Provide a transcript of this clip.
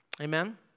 Amen